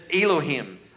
Elohim